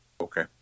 Okay